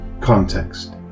context